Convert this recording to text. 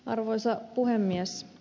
arvoisa puhemies